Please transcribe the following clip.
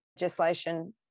legislation